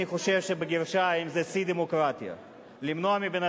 אני חושב שזה "שיא הדמוקרטיה"; למנוע מבן